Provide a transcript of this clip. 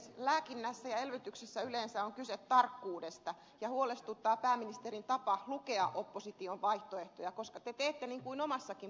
lääkinnässä ja elvytyksessä yleensä on kyse tarkkuudesta ja huolestuttaa pääministerin tapa lukea opposition vaihtoehtoja koska te teette niin kuin omassa politiikassannekin